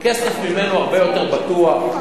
שהכסף ממנו הרבה יותר בטוח,